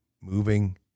moving